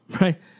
right